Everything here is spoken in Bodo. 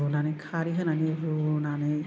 रुनानै खारै होनानै रुनानै